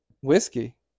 Whiskey